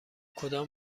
کدام